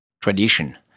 tradition